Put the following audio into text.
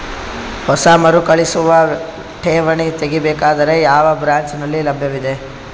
ಹೊಸ ಮರುಕಳಿಸುವ ಠೇವಣಿ ತೇಗಿ ಬೇಕಾದರ ಯಾವ ಬ್ರಾಂಚ್ ನಲ್ಲಿ ಲಭ್ಯವಿದೆ?